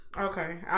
Okay